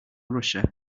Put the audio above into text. russia